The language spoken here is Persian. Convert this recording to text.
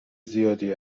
زیادی